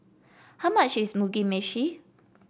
how much is Mugi Meshi